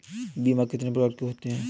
बीमा कितनी प्रकार के होते हैं?